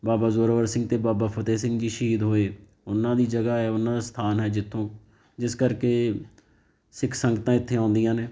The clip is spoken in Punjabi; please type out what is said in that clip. ਬਾਬਾ ਜ਼ੋਰਾਵਰ ਸਿੰਘ ਅਤੇ ਬਾਬਾ ਫਤਿਹ ਸਿੰਘ ਜੀ ਸ਼ਹੀਦ ਹੋਏ ਉਹਨਾਂ ਦੀ ਜਗ੍ਹਾ ਹੈ ਉਹਨਾਂ ਦਾ ਸਥਾਨ ਹੈ ਜਿੱਥੋਂ ਜਿਸ ਕਰਕੇ ਸਿੱਖ ਸੰਗਤਾਂ ਇੱਥੇ ਆਉਂਦੀਆਂ ਨੇ